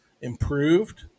improved